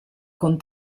con